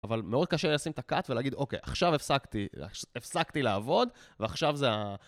אבל מאוד קשה לשים את הקאט ולהגיד, אוקיי, עכשיו הפסקתי, הפסקתי לעבוד, ועכשיו זה ה...